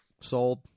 sold